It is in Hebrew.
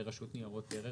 לגבי הרשות לניירות ערך,